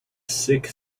sikh